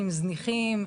זניחים,